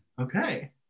Okay